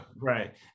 right